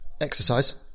exercise